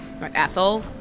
Ethel